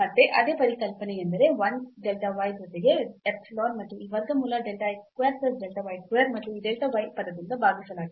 ಮತ್ತೆ ಅದೇ ಪರಿಕಲ್ಪನೆ ಎಂದರೆ 1 delta y ಜೊತೆಗೆ epsilon ಮತ್ತು ಈ ವರ್ಗಮೂಲ delta x square plus delta y square ಮತ್ತು delta y ಪದದಿಂದ ಭಾಗಿಸಲಾಗಿದೆ